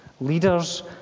Leaders